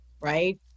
right